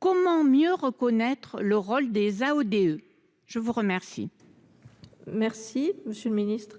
comment mieux reconnaître le rôle des AODE ? La parole est à M. le ministre.